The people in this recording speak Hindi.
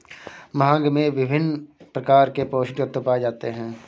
भांग में विभिन्न प्रकार के पौस्टिक तत्त्व पाए जाते हैं